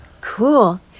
Cool